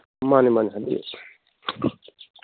ꯃꯥꯅꯤ ꯃꯥꯅꯤ ꯍꯥꯏꯕꯤꯌꯨ